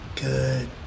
Good